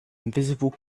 invisible